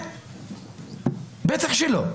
בוודאי אחרי החקיקה הזו,